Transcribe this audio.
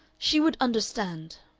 she would understand.